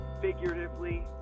Figuratively